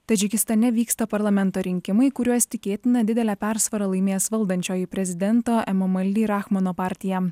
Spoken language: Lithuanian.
tadžikistane vyksta parlamento rinkimai kuriuos tikėtina didele persvara laimės valdančioji prezidento emomali rachmano partija